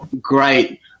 great